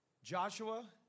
Joshua